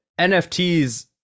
NFTs